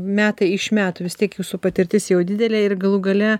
metai iš metų vis tiek jūsų patirtis jau didelė ir galų gale